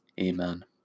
Amen